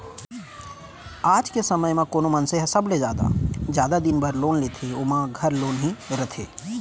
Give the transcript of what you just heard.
आज के समे म कोनो मनसे ह सबले जादा जादा दिन बर लोन लेथे ओमा घर लोन ही रथे